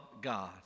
God